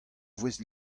voest